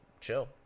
chill